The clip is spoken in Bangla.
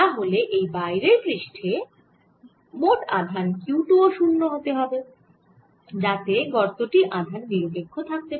তাহলে এই বাইরের পৃষ্ঠে মোট আধান Q 2 ও 0 হতে হবে যাতে গর্ত টি আধান নিরপেক্ষ থাকে